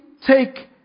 take